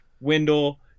Wendell